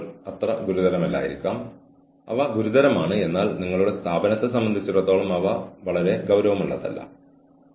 അതിനർത്ഥം ഒരു വ്യക്തി നിരന്തരം വീഡിയോ ഗെയിമുകൾ കളിക്കുന്ന ശീലത്തിലാണ് അതിനർത്ഥം അവൾ അല്ലെങ്കിൽ അയാൾക്ക് പ്രതിഫലം ലഭിക്കുന്ന ജോലിയിൽ ഉൽപ്പാദനക്ഷമമാകാതെ നെറ്റ് സർഫിംഗ് ശീലമാണ്